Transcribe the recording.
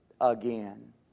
again